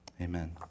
Amen